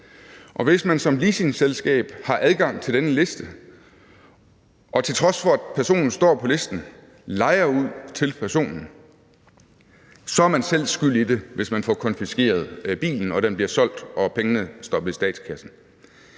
og hvis man som leasingselskab har adgang til den liste, og hvis man, til trods for at personen står på listen, lejer ud til personen, er man selv skyld i det, hvis man får konfiskeret bilen, den bliver solgt og pengene stoppet i statskassen.